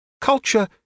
culture